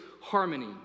harmony